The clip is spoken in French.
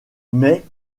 mais